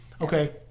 Okay